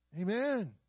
Amen